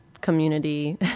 community